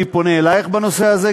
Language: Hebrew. אני פונה אלייך בנושא הזה,